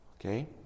okay